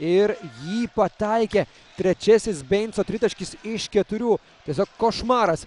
ir jį pataikė trečiasis beinco tritaškis iš keturių tiesiog košmaras